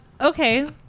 Okay